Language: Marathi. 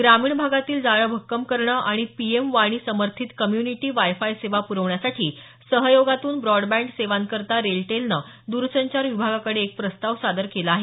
ग्रामीण भागातील जाळं भक्कम करणं आणि पीएम वाणी समर्थित कम्यूनिटी वाय फाय सेवा प्रवण्यासाठी सहयोगातून ब्रॉडबॅड सेवांकरता रेलटेलनं द्रसंचार विभागाकडे एक प्रस्ताव सादर केला आहे